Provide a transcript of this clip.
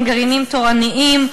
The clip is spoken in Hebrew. הם גרעינים תורניים,